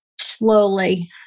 slowly